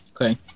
Okay